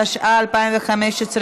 התשע"ה 2015,